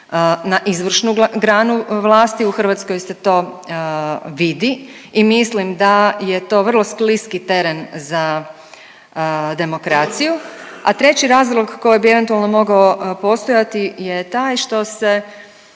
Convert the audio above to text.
na izvršnu granu vlasti, u Hrvatskoj se to vidi i mislim da je to vrlo skliski teren za demokraciju, a treći razlog koji bi eventualno mogao postojati je taj što se